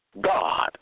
God